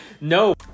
No